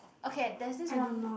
okay there's this one